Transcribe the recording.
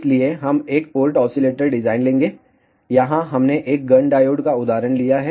इसलिए हम एक पोर्ट ऑसीलेटर डिजाइन लेंगे यहां हमने एक गन डायोड का उदाहरण लिया है